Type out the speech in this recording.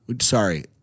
sorry